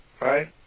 right